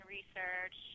Research